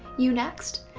you next?